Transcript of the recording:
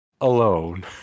alone